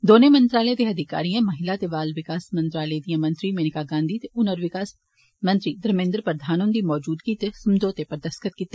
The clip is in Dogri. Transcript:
दौनें मंत्रालयें दे अधिकारिएं महिला ते बाल विकास मंत्रालय दियां मंत्री मेनका गांधी ते हुनर विकास मंत्री देवेन्द्र प्रधान हुन्दी मौजूदगी च समझौते उप्पर दस्तख्त कीते